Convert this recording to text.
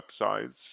websites